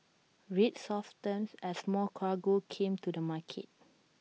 rates softened as more cargo came to the market